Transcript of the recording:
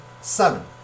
seven